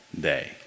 day